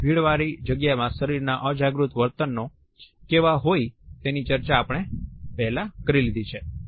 ભીડવાળી જગ્યામાં શરીર ના અજાગૃત વર્તનો કેવા હોઈ તેની ચર્ચા આપણે પહેલા કરી લીધી છે